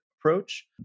Approach